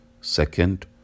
second